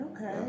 Okay